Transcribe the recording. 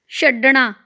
ਛੱਡਣਾ